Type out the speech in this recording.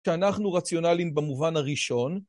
כי אנחנו רציונליים במובן הראשון.